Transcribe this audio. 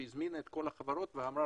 שהיא הזמינה את כל החברות ואמרה,